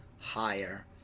higher